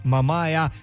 Mamaia